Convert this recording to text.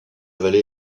vallée